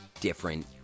different